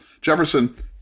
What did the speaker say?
Jefferson